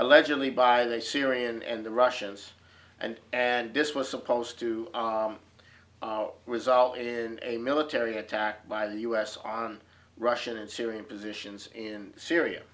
allegedly by the syrian and the russians and and this was supposed to result in a military attack by the u s on russian and syrian positions in syria